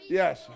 yes